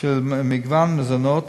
של מגוון מזונות